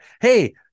hey